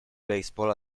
baseball